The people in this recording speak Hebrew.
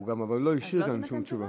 אבל הוא גם לא השאיר כאן שום תשובה.